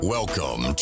Welcome